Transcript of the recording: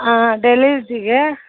ಹಾಂ ಡೈಲಿ ಯೂಸಿಗೆ